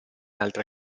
altre